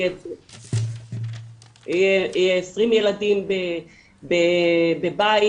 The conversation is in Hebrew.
היו עשרים ילדים בבית,